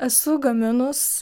esu gaminus